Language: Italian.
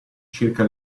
circa